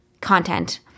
content